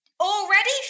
already